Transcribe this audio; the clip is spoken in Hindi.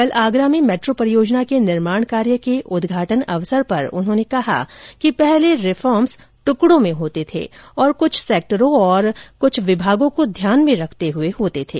कल आगरा में मेट्रो परियोजना के निर्माण कार्य के उद्घाटन अवसर पर उन्होंने कहा कि पहले रिफॉर्म्स ट्कड़ों में होते थे और कुछ सेक्टरों कुछ विभागों को ध्यान में रखते हुए होते थे